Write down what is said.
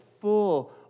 full